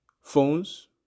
phones